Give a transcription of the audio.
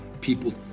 people